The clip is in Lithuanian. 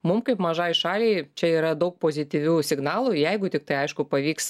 mum kaip mažai šaliai čia yra daug pozityvių signalų jeigu tiktai aišku pavyks